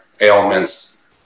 ailments